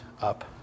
up